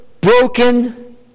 broken